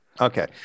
Okay